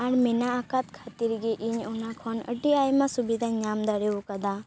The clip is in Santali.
ᱟᱨ ᱢᱮᱱᱟ ᱟᱠᱟᱫ ᱠᱷᱟᱹᱛᱤᱨ ᱜᱮ ᱤᱧ ᱚᱱᱟ ᱠᱷᱚᱱ ᱟᱹᱰᱤ ᱟᱭᱢᱟ ᱥᱩᱵᱤᱫᱷᱟᱧ ᱧᱟᱢ ᱫᱟᱲᱮᱣᱟᱠᱟᱣᱫᱟ